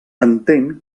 entén